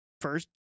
first